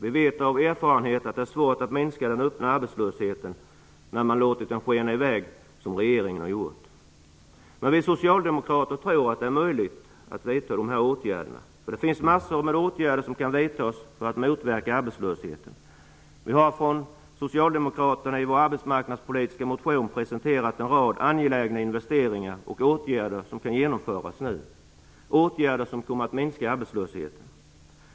Vi vet av erfarenhet att det är svårt att minska den öppna arbetslösheten, när man låtit den skena i väg som regeringen gjort. Men vi socialdemokrater tror att det är möjligt att vidta sådana åtgärder. Det finns nämligen massor med åtgärder som kan vidtas för att motverka arbetslösheten. Vi socialdemokrater har i vår arbetsmarknadspolitiska motion presenterat en rad angelägna investeringar och åtgärder som kan genomföras nu. Det är åtgärder som kommer att minska arbetslösheten.